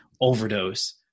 overdose